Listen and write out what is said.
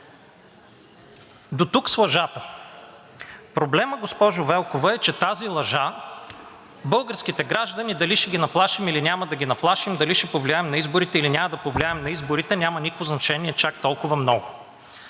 Дотук с лъжата. Проблемът, госпожо Велкова, е, че тази лъжа – българските граждани дали ще ги наплашим, или няма да ги наплашим, дали ще повлияем на изборите, или няма да повлияем на изборите, няма никакво значение чак толкова много.